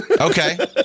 Okay